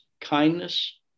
kindness